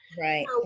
Right